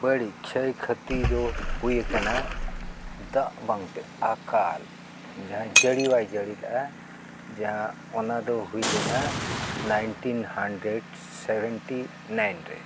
ᱵᱟᱹᱲᱤᱡ ᱪᱷᱟᱹᱭ ᱠᱷᱟᱹᱛᱤᱨ ᱫᱚ ᱦᱩᱭ ᱟᱠᱟᱱᱟ ᱫᱟᱜ ᱵᱟᱝᱛᱮ ᱟᱠᱟᱞ ᱡᱟᱦᱟᱸ ᱡᱟᱹᱲᱤ ᱵᱟᱭ ᱡᱟᱹᱲᱤ ᱞᱮᱫᱟ ᱡᱟᱦᱟᱸ ᱚᱱᱟᱫᱚ ᱦᱩᱭ ᱞᱮᱱᱟ ᱱᱟᱭᱤᱱᱴᱤᱱ ᱦᱟᱱᱰᱨᱮᱰ ᱥᱮᱵᱷᱮᱱᱴᱤ ᱱᱟᱭᱤᱱ ᱨᱮ